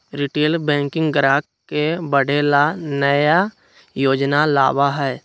retail banking ग्राहक के बढ़े ला नया योजना लावा हई